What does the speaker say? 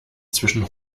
zwischen